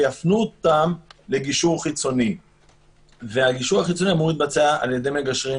ויפנו אותם לגישור לחיצוני שאמור להתבצע על-ידי מגשרים